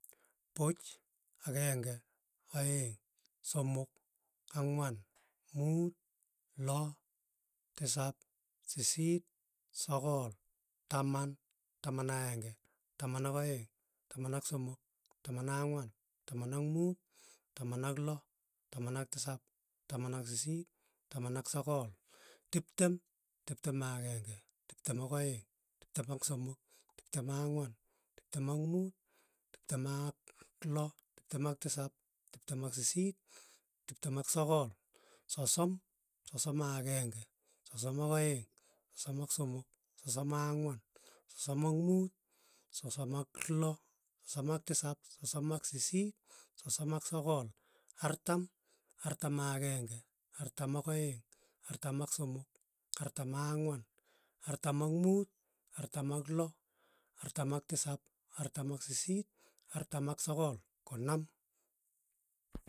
Puch, akeng'e, aeng', somok, ang'wan, muut, loo, tisap, sisiit, sogol, taman, taman akenge, taman ak' aeng, taman ak somok, taman ak ang'wan, taman ak muut, taman ak loo, taman ak tisap, taman ak sisiit, taman ak sogol, tiptem, tiptem ak aeng'e, tiptem ak aeng', tiptem ak somok, tiptem ak ang'wan, tiptem ak muut, tiptem ak loo, tiptem ak tisap, tiptem ak sisiit, tiptem ak sogol, sosom, sosom akenge, sosom ak aeng', sosom ak somok. sosom ak ang'wan, sosom ak muut, sosom ak lo, sosom ak tisap, sosom ak sisiit, sosom ak sogol, artam, artam akeng'e, artam ak aeng', artam ak somok, artam ak ang'wan, artam ak muut, artam ak lo, artam ak tisap, artam ak sisiit, artam ak sogol. konom.